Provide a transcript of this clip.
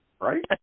right